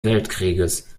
weltkrieges